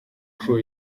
crew